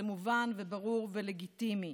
זה מובן וברור ולגיטימי.